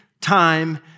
time